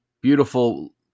Beautiful